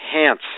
enhance